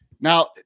Now